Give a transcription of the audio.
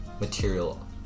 material